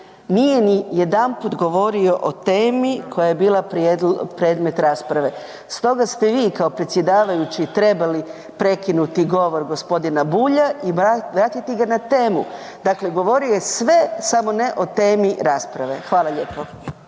nije nijedanput govorio o temi koja je bila predmet rasprave. Stoga ste vi kao predsjedavajući trebali prekinuti govor gospodina Bulja i vratiti ga na temu. Dakle, govorio je sve samo ne o temi rasprave. Hvala lijepo.